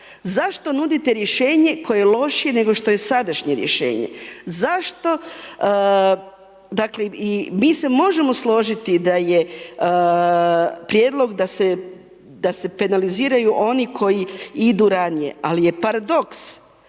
Zašto nudite rješenje koje je lošije nego što je sadašnje rješenje? Zašto, dakle i mi se možemo složiti da je prijedlog da se penaliziraju oni koji idu ranije, ali je paradoks